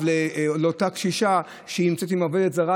לפסח לאותה קשישה שנמצאת עם עובדת זרה,